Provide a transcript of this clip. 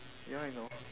ya I know